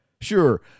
Sure